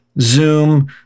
Zoom